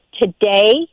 Today